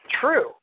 true